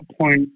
point